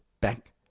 Back